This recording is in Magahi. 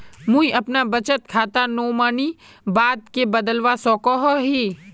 मुई अपना बचत खातार नोमानी बाद के बदलवा सकोहो ही?